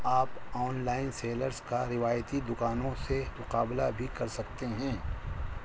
آپ online sellers کا روایتی دکانوں سے مقابلہ بھی کر سکتے ہیں